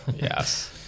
yes